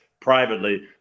privately